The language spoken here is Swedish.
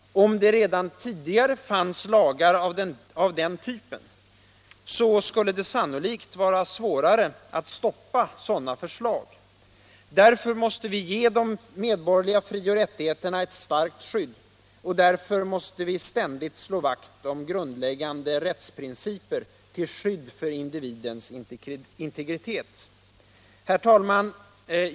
Om det redan tidigare fanns lagar av den typen skulle det sannolikt vara svårare att stoppa sådana förslag. Därför måste vi ge de medborgerliga fri och rättigheterna ett starkt skydd och därför måste vi ständigt slå vakt om grundläggande rättsprinciper till skydd för individens integritet. Herr talman!